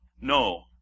No